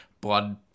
blood